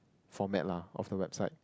format lah of the website